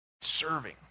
Serving